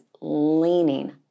leaning